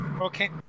okay